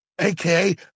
AKA